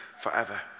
forever